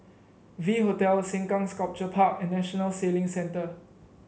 V Hotel Sengkang Sculpture Park and National Sailing Centre